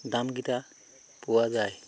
দাম কেইটা পোৱা যায়